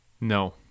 No